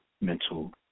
mental